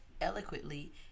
eloquently